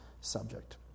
subject